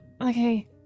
Okay